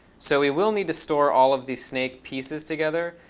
so we will need to store all of these snake pieces together.